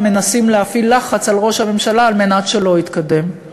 מנסים להפעיל לחץ על ראש הממשלה על מנת שלא יתקדם.